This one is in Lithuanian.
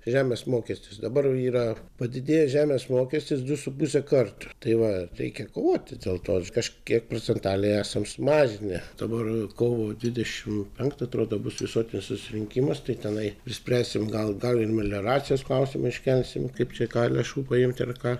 žemės mokestis dabar yra padidėjęs žemės mokestis du su puse karto tai va reikia kovoti dėl to kažkiek procentaliai esam sumažinę dabar kovo dvidešim penktą atrodo bus visuotinis susirinkimas tai tenai ir spręsim gal gal ir melioracijos klausimą iškelsim kaip čia ką lėšų paimt ir ką